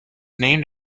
named